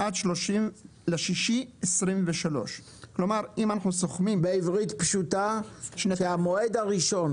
עד 30.6.23. בעברית פשוטה המועד הראשון